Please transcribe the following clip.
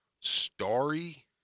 Story